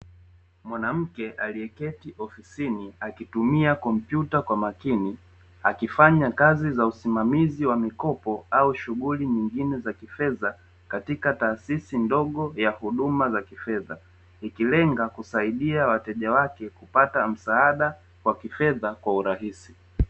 Mwanamke aliyeketi ofisini akitumia kompyuta kwa makini, akifanya kazi za usimamizi wa mikopo au shughuli nyingine za kifedha, katika taasisi ndogo ya huduma za kifedha, ikilenga kusaidia wateja wake kupata msaada wa kifedha kwa urahisi.